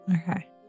Okay